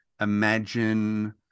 imagine